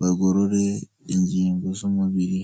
bagorore ingingo z'umubiri.